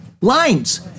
lines